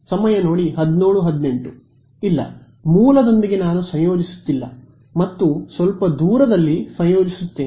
ವಿದ್ಯಾರ್ಥಿ ಇಲ್ಲ ಮೂಲದೊಂದಿಗೆ ನಾನು ಸಂಯೋಜಿಸುತ್ತಿಲ್ಲ ಮತ್ತು ಸ್ವಲ್ಪ ದೂರದಲ್ಲಿ ಸಂಯೋಜಿಸುತ್ತೇನೆ